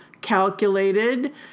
calculated